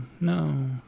no